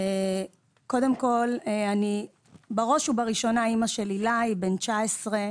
קודם כל אני בראש ובראשונה אימא של עילאי בן 19,